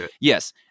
Yes